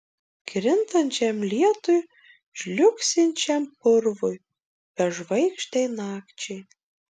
krintančiam lietui žliugsinčiam purvui bežvaigždei nakčiai